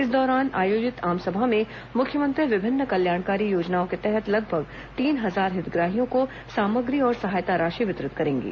इस दौरान आयोजित आमसभा में मुख्यमंत्री विभिन्न कल्याणकारी योजनाओं के तहत लगभग तीन हजार हितग्राहियों को सामग्री और सहायता राशि वितरित करेंगे